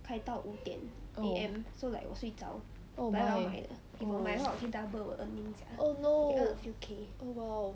oh oh my oh oh no oh !wow!